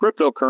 cryptocurrency